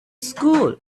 school